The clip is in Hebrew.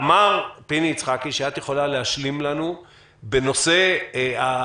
אמר פיני יצחקי שאת יכולה להשלים לנו בנושא ההחלטה